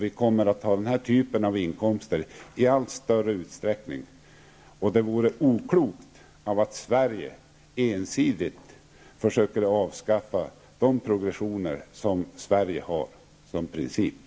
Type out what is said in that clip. Vi kommer att ha den här typen av inkomster i allt större utsträckning. Det vore oklokt om Sverige ensidigt skulle försöka avskaffa de progressioner som vi har som princip.